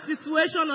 situation